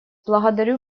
благодарю